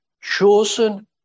chosen